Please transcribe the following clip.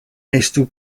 estu